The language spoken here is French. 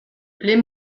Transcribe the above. les